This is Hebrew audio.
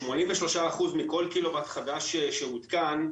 83 אחוזים מכל קילו וואט חדש שהותקן,